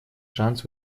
шанс